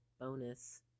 bonus